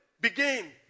begin